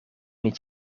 niet